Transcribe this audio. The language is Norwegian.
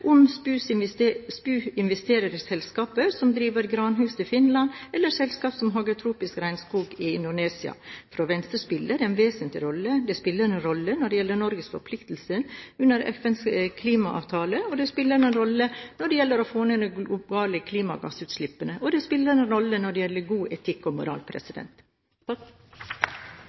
om SPU investerer i selskaper som driver granhogst i Finland, eller i selskaper som hugger tropisk regnskog i Indonesia. For Venstre spiller dette en vesentlig rolle. Det spiller en rolle når det gjelder Norges forpliktelser under FNs klimaavtale, det spiller en rolle når det gjelder å få ned de globale klimagassutslippene, og det spiller en rolle når det gjelder god etikk og moral.